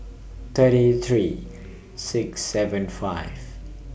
thirty three six seven five